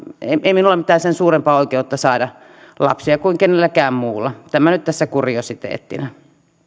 ei minulla ole mitään sen suurempaa oikeutta saada lapsia kuin kenelläkään muulla tämä nyt tässä kuriositeettina